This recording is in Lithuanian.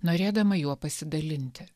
norėdama juo pasidalinti